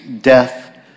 death